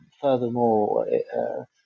furthermore